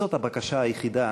זאת הבקשה היחידה